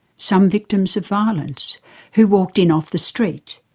some victims of violence who walked inoff the street.